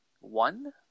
One